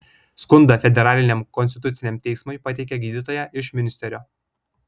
skundą federaliniam konstituciniam teismui pateikė gydytoja iš miunsterio